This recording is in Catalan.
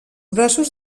braços